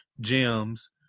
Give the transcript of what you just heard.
gems